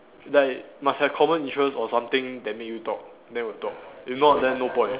like must have common interest or something that make you talk then will talk if not then no point